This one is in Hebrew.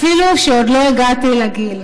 אפילו שעוד לא הגעתי לגיל: